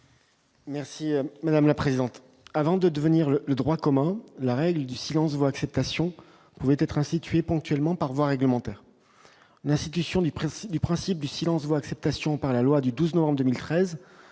Merci madame la présidente, avant de devenir le le droit commun, la règle du silence vaut acceptation pouvaient être instituée ponctuellement par voie réglementaire, mais institution du principe du principe du silence vaut acceptation par la loi du 12 novembre 2013